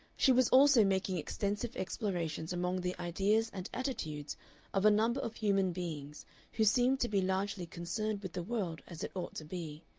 she was also making extensive explorations among the ideas and attitudes of a number of human beings who seemed to be largely concerned with the world as it ought to be.